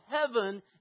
heaven